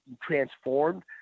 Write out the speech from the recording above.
transformed